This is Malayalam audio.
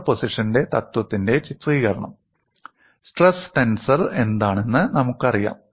സൂപ്പർപോസിഷന്റെ തത്വത്തിന്റെ ചിത്രീകരണം സ്ട്രെസ് ടെൻസർ എന്താണെന്ന് നമുക്കറിയാം